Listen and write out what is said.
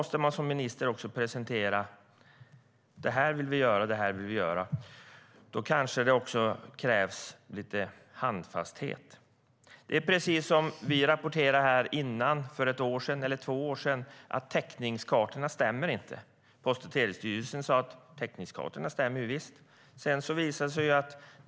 Som minister måste man också presentera: Det här vill vi göra. Då kanske det krävs lite handfasthet. Precis som vi rapporterade här för ett eller två år sedan stämmer täckningskartorna inte. Post och telestyrelsen sade att täckningskartorna visst stämde.